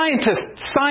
scientists